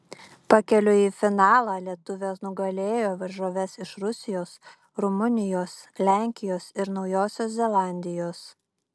pakeliui į finalą lietuvė nugalėjo varžoves iš rusijos rumunijos lenkijos ir naujosios zelandijos